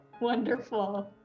Wonderful